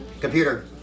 Computer